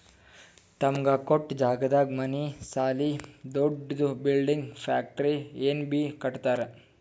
ತಮಗ ಕೊಟ್ಟ್ ಜಾಗದಾಗ್ ಮನಿ ಸಾಲಿ ದೊಡ್ದು ಬಿಲ್ಡಿಂಗ್ ಫ್ಯಾಕ್ಟರಿ ಏನ್ ಬೀ ಕಟ್ಟಕೊತ್ತರ್